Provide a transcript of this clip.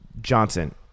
Johnson